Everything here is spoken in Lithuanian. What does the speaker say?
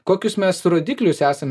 kokius mes rodiklius esam